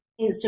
Instagram